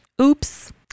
Oops